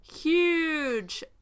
Huge